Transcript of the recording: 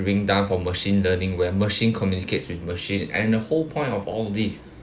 being done for machine learning where machine communicates with machine and the whole point of all this